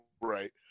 right